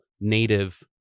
native